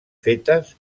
fetes